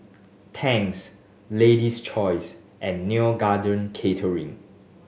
Tangs Lady's Choice and Neo Garden Catering